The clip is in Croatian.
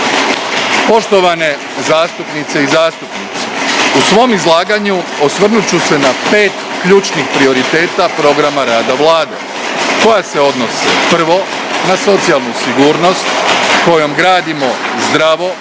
Poštovane zastupnice i zastupnici u svom izlaganju osvrnut ću se na pet ključnih prioriteta programa rada Vlade koja se odnose: 1. na socijalnu sigurnost kojom gradimo zdravo,